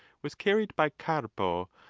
was carried by carbo,